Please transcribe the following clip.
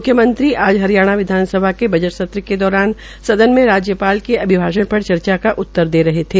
मुख्यमंत्री ने आज हरियाणा विधानसभा के बजट सत्र के दौरान सदन में राज्यपाल के अभिभाषण पर चर्चा का उत्तर दे रहे थे